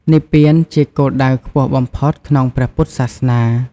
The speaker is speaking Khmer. និព្វាន ជាគោលដៅខ្ពស់បំផុតក្នុងព្រះពុទ្ធសាសនា។